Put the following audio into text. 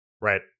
right